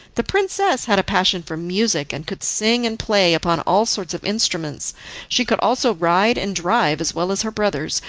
the princess had a passion for music, and could sing and play upon all sorts of instruments she could also ride and drive as well as her brothers,